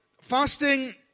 Fasting